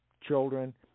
children